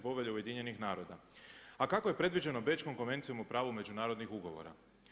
Povelje Ujedinjenih naroda a kako je predviđeno Bečkom konvencijom o pravu međunarodnih ugovora.